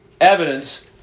evidence